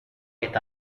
est